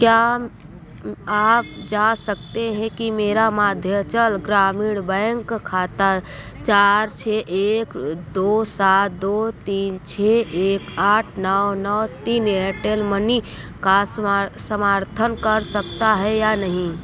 क्या आप जाँच सकते हैं कि मेरा मध्यांचल ग्रामीण बैंक खाता चार छ एक दो सात दो तीन छ एक आठ नौ नौ तीन एयरटेल मनी का समा समर्थन करता है या नहीं